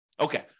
Okay